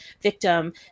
victim